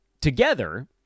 together